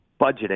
budgeting